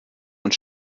und